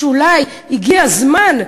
שאולי הגיע הזמן,